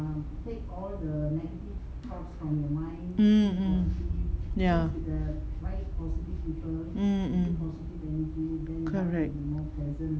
mm mm ya mm mm correct